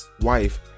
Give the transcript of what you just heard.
wife